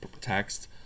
text